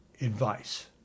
advice